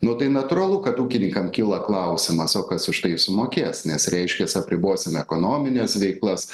nu tai natūralu kad ūkininkam kyla klausimas o kas už tai sumokės nes reiškias apribosim ekonominės veiklas